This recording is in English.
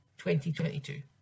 2022